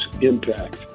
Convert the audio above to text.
impact